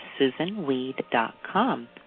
SusanWeed.com